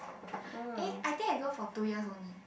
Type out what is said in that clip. eh I think I go for two years only